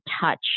touch